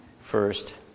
first